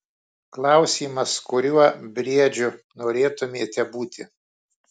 klausimas kuriuo briedžiu norėtumėte būti